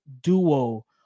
duo